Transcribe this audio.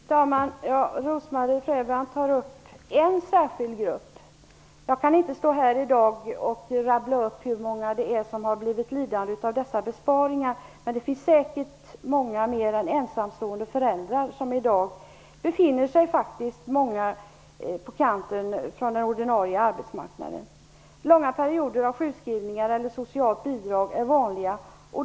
Fru talman! Rose-Marie Frebran tar upp en särskild grupp. Jag kan inte i dag rabbla upp hur många det är som har blivit lidande av dessa besparingar. Men det finns säkert många fler än ensamstående föräldrar. I dag befinner sig faktiskt många på kanten av den ordinarie arbetsmarknaden. Långa perioder av sjukskrivningar eller socialt bidrag är vanliga.